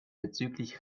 bezüglich